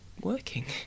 working